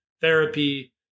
therapy